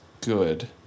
good